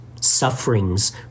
sufferings